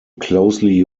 closely